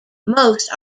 most